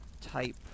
type